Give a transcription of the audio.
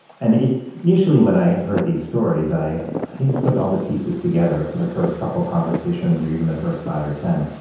and, initially, when i heard these stories, i i didn't put all the pieces together for the first couple of conversations or even the first five or ten.